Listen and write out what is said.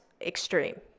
extreme